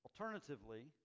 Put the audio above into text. alternatively